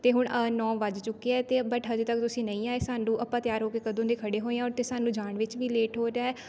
ਅਤੇ ਹੁਣ ਨੌ ਵੱਜ ਚੁੱਕੇ ਆ ਅਤੇ ਬਟ ਹਜੇ ਤੱਕ ਤੁਸੀਂ ਨਹੀਂ ਆਏ ਸਾਨੂੰ ਆਪਾਂ ਤਿਆਰ ਹੋ ਕੇ ਕਦੋਂ ਦੇ ਖੜੇ ਹੋਏ ਹਾਂ ਅਤੇ ਸਾਨੂੰ ਜਾਣ ਵਿੱਚ ਵੀ ਲੇਟ ਹੋ ਰਿਹਾ